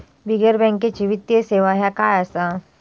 बिगर बँकेची वित्तीय सेवा ह्या काय असा?